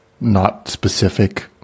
not-specific